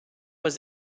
was